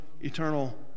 eternal